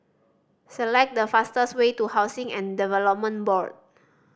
select the fastest way to Housing and Development Board